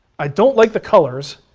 i don't like the colors.